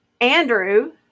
Andrew